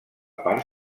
part